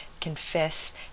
confess